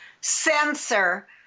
sensor